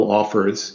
offers